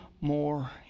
more